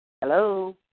Hello